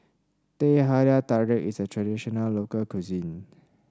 Teh Halia Tarik is a traditional local cuisine